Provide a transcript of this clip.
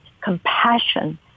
compassion